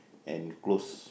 and close